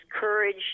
courage